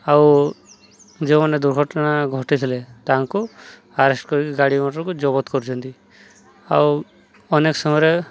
ଆଉ ଯେଉଁମାନେ ଦୁର୍ଘଟଣା ଘଟିଥିଲେ ତାଙ୍କୁ ଆରେଷ୍ଟ୍ କରିକି ଗାଡ଼ି ମଟର୍କୁ ଯବତ କରୁଛନ୍ତି ଆଉ ଅନେକ ସମୟରେ